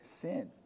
sin